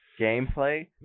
gameplay